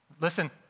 listen